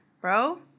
bro